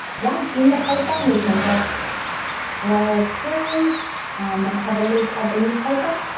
once in the paper we can just scroll through and have a look at the newspaper